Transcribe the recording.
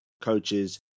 coaches